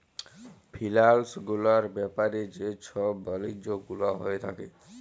ফিলালস গুলার ব্যাপারে যে ছব বালিজ্য গুলা হঁয়ে থ্যাকে